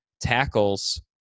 tackles